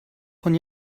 von